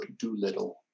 Doolittle